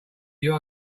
you